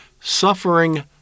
suffering